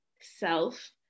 self